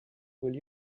will